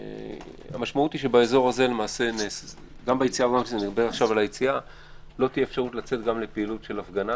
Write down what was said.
המשמעות היא שבאזור הזה לא תהיה אפשרות לצאת גם לפעילות של הפגנה.